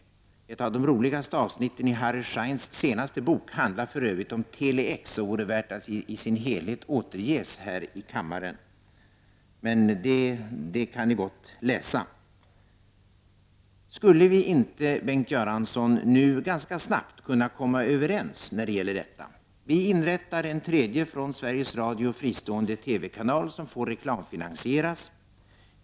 Ett av de roligaste avsnitten i Harry Scheins senaste bok handlar om Tele-X och vore värt att i sin helhet återges här i kammaren. Det avsnittet kan ni gott läsa! Skulle vi inte, Bengt Göransson, kunna komma överens ganska snabbt i denna fråga? Vi inrättar en tredje, från Sveriges radio fristående, TV-kanal som får reklamfinansieras.